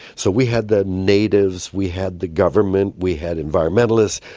so we had the natives, we had the government, we had environmentalists,